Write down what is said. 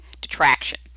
detraction